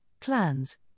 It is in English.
plans